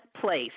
place